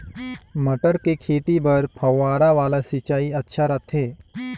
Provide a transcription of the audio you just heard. मटर के खेती बर फव्वारा वाला सिंचाई अच्छा रथे?